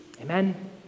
Amen